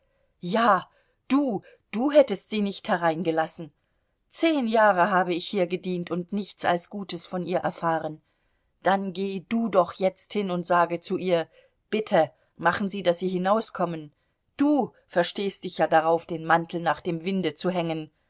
ja du du hättest sie nicht hereingelassen zehn jahre habe ich hier gedient und nichts als gutes von ihr erfahren dann geh du doch jetzt hin und sage zu ihr bitte machen sie daß sie hinauskommen du verstehst dich ja darauf den mantel nach dem winde zu hängen